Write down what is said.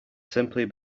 simply